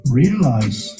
realize